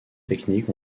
techniques